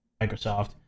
Microsoft